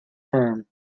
firm